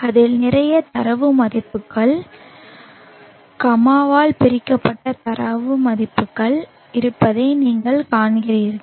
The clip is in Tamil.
அதில் நிறைய தரவு மதிப்புகள் கமாவால் பிரிக்கப்பட்ட தரவு மதிப்புகள் இருப்பதை நீங்கள் காண்கிறீர்கள்